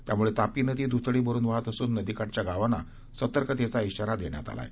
त्यामुळे तापी नदी दुथडी भरून वाहत असून नदीकाठच्या गावांना सतर्कतेचा श्रीारा देण्यात आलेला आहे